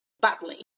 badly